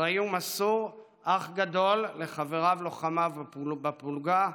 אחראי ומסור, אח גדול לחבריו-לוחמיו בפלוגה,